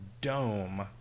dome